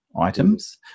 items